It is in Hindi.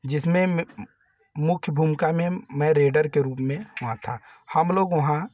जिसमें में मुख्य भूमिका में मैं रेडर के रूप में हुआ था हम लोग वहाँ